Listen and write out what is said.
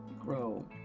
grow